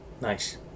Nice